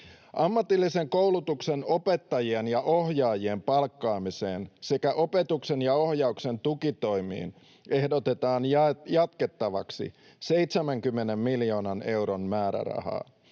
Ammatillisen koulutuksen opettajien ja ohjaajien palkkaamiseen sekä opetuksen ja ohjauksen tukitoimiin ehdotetaan jatkettavaksi 70 miljoonan euron määrärahaa.